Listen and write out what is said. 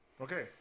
Okay